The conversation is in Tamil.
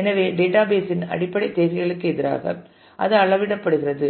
எனவே டேட்டாபேஸ் இன் அடிப்படை தேவைகளுக்கு எதிராக அது அளவிடப்படுகிறது